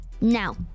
Now